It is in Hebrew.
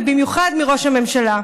ובמיוחד מראש הממשלה.